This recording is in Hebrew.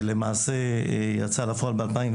ולמעשה יצא לפועל ב-2017.